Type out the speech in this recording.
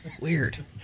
Weird